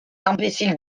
imbécile